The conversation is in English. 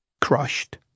crushed